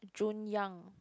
Jun-Yang